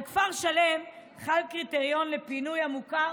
על כפר שלם חל קריטריון המוכר